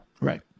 Right